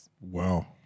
Wow